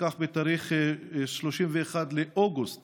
שנלקח בתאריך 31 באוגוסט